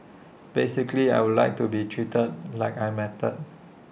basically I would like to be treated like I matter